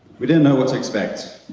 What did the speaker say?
we didn't know what to expect.